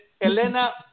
Elena